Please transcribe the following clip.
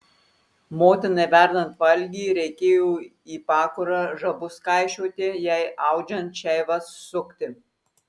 motinai verdant valgį reikėjo į pakurą žabus kaišioti jai audžiant šeivas sukti